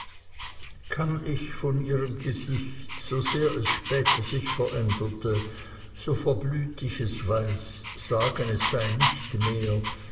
kann ich von ihrem gesicht so sehr es sich später veränderte so verblüht ich es weiß sagen es sei nicht mehr